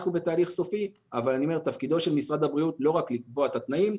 אנחנו בתהליך סופי אבל תפקידו של משרד הבריאות לא רק לקבוע את התנאים,